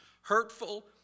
hurtful